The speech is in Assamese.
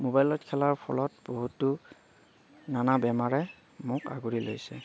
ম'বাইলত খেলাৰ ফলত বহুতো নানা বেমাৰে মোক আগুৰি লৈছে